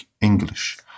English